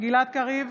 גלעד קריב,